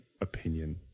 opinion